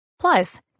Plus